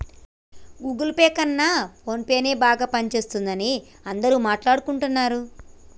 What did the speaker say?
Google Pay కన్నా ఫోన్పేనే బాగా పనిజేత్తందని అందరూ మాట్టాడుకుంటన్నరు